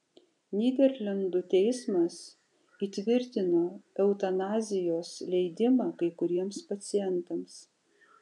nyderlandų teismas įtvirtino eutanazijos leidimą kai kuriems pacientams